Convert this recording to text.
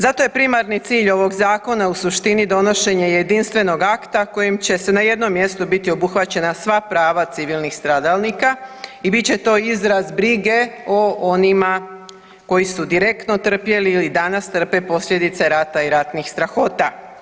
Zato je primarni cilj ovog zakona u suštini donošenje jedinstvenog akta kojim će na jednom mjestu biti obuhvaćena sva prava civilnih stradalnika i bit će to izraz brige o onima koji su direktno trpjeli ili danas trpe posljedice rata i ratnih strahota.